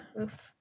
oof